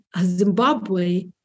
Zimbabwe